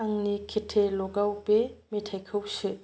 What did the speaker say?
आंनि केटेलगाव बे मेथाइखौ सो